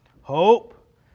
hope